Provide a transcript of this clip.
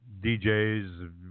DJs